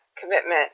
commitment